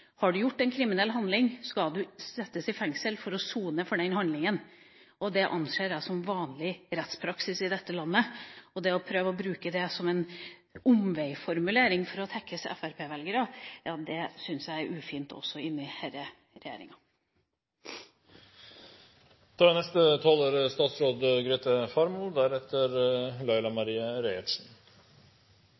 Har du gjort en kriminell handling, skal du settes i fengsel for å sone for den handlinga. Det anser jeg som vanlig rettspraksis i dette landet. Det å prøve å bruke det som en «omveiformulering» for å tekkes fremskrittspartivelgere, syns jeg er ufint, også i denne regjeringa. Voldtekt er